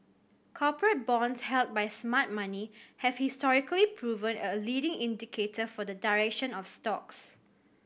corporate bonds held by smart money have historically proven a leading indicator for the direction of stocks